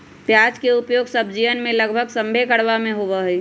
प्याज के उपयोग सब्जीयन में लगभग सभ्भे घरवा में होबा हई